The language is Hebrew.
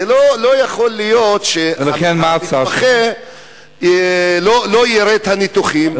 זה לא יכול להיות שהמתמחה לא יראה את הניתוחים,